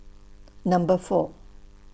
Number four